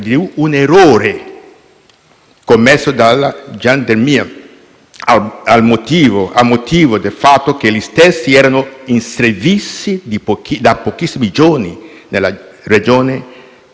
commesso da gendarmi a motivo del fatto che gli stessi erano in servizio da pochissimi giorni nella regione e non conoscevano bene il